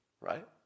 Right